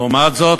לעומת זאת,